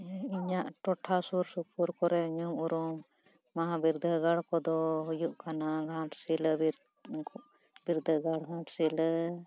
ᱦᱮᱸ ᱤᱧᱟᱹᱜ ᱴᱚᱴᱷᱟ ᱥᱩᱨ ᱥᱩᱯᱩᱨ ᱠᱚᱨᱮ ᱧᱩᱢ ᱩᱨᱩᱢ ᱢᱟᱦᱟ ᱵᱤᱨᱫᱟᱹᱜᱟᱲ ᱠᱚᱫᱚ ᱦᱩᱭᱩᱜ ᱠᱟᱱᱟ ᱜᱷᱟᱴᱥᱤᱞᱟᱹ ᱵᱤᱨᱫᱟᱹᱜᱟᱲ ᱜᱷᱟᱴᱥᱤᱞᱟᱹ